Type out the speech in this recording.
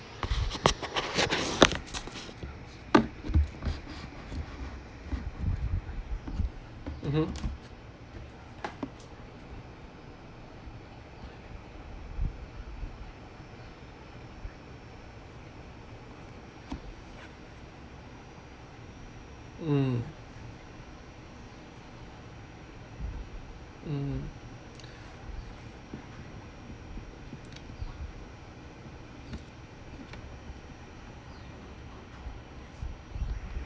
mmhmm mm mm